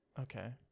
Okay